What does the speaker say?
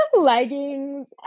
leggings